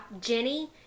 Jenny